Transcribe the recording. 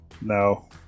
no